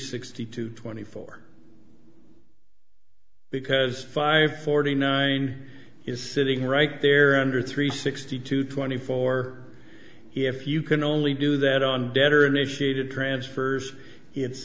sixty two twenty four because five forty nine is sitting right there under three sixty to twenty four if you can only do that on debtor initiated transfers it's